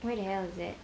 where the hell is that